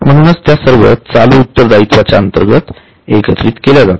म्हणूनच त्या सर्व चालू उत्तरदायित्वाच्या अंतर्गत एकत्रित केल्या जातात